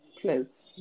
please